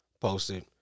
Posted